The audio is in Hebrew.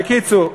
בקיצור,